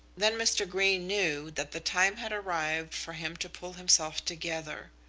then mr. greene knew that the time had arrived for him to pull himself together.